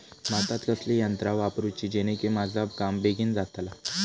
भातात कसली यांत्रा वापरुची जेनेकी माझा काम बेगीन जातला?